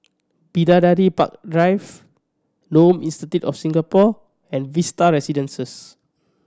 Bidadari Park Drive Nome Institute of Singapore and Vista Residences